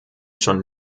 schon